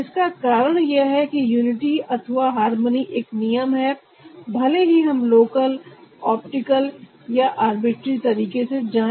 इसका कारण यह है की यूनिटी अथवा हारमोनी एक नियम है भले ही हम लोकलऑप्टिकल या आर्बिट्री तरीके से जाएं